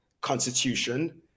constitution